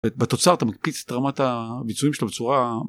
בתוצרת מקיץ את רמת הביצועים שלה בצורה.